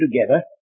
together